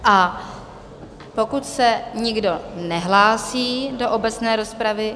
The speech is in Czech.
A pokud se nikdo nehlásí do obecné rozpravy...